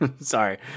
sorry